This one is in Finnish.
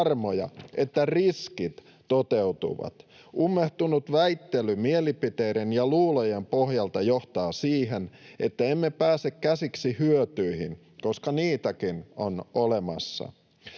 että riskit toteutuvat. Ummehtunut väittely mielipiteiden ja luulojen pohjalta johtaa siihen, että emme pääse käsiksi hyötyihin, koska niitäkin on olemassa.